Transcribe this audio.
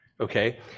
okay